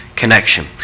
connection